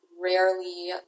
rarely